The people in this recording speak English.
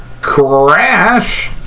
Crash